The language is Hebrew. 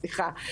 סליחה.